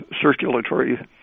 circulatory